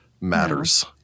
matters